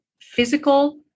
physical